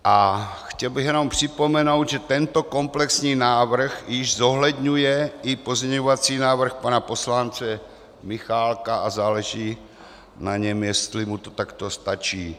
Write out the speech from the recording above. A chtěl bych jenom připomenout, že tento komplexní návrh již zohledňuje i pozměňovací návrh pana poslance Michálka a záleží na něm, jestli mu to takto stačí.